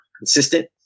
consistent